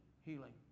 healing